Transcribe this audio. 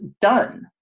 done